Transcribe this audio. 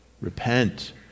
Repent